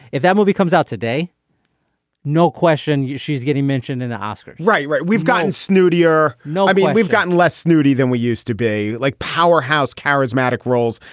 if that movie comes out today no question she's getting mentioned in the oscar right. right. we've gotten snooty or no. i mean we've gotten less snooty than we used to be like powerhouse charismatic roles.